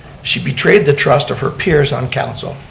she betrayed the trust of her peers on council,